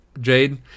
Jade